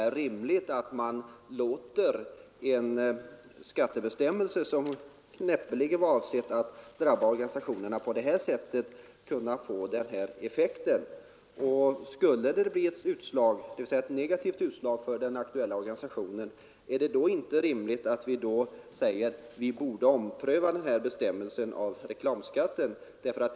Är det rimligt att man låter en skattebestämmelse, som näppeligen varit avsedd att drabba organisationerna på detta sätt, få denna effekt? Skulle det bli ett negativt utslag för den aktuella organisationen, är det då inte rimligt att vi säger att vi borde ompröva ifrågavarande bestämmelse i reklamskatteförordningen?